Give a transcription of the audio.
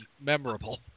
memorable